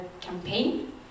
campaign